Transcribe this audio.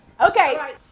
Okay